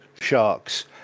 sharks